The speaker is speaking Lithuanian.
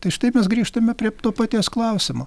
tai štai mes grįžtame prie to paties klausimo